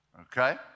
Okay